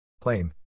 Claim